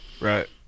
Right